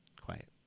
Quiet